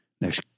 Next